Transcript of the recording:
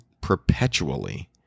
perpetually